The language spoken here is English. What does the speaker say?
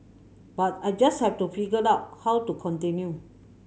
but I just had to figure out how to continue